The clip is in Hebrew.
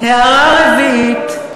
הערה רביעית: